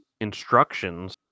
instructions